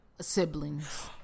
siblings